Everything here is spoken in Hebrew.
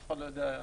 אף אחד לא יודע.